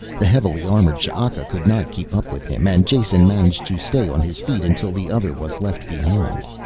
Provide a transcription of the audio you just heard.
the heavily armored ch'aka could not keep up with him and jason managed to stay on his feet until the other was left behind.